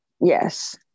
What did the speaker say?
yes